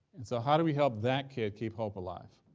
and so how do we help that kid keep hope alive?